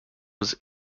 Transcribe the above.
was